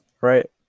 right